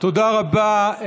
תודה רבה.